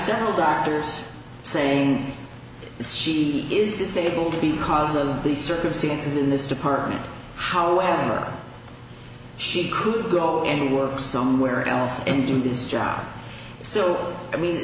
several doctors saying this she is disabled because of the circumstances in this department however she could go and work somewhere else and do this job so i mean